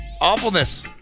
awfulness